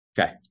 Okay